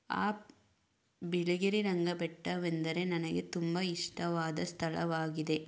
ಆ ಬಿಳಿಗಿರಿ ರಂಗ ಬೆಟ್ಟವೆಂದರೆ ನನಗೆ ತುಂಬ ಇಷ್ಟವಾದ ಸ್ಥಳವಾಗಿದೆ